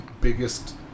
biggest